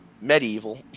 Medieval